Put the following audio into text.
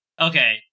okay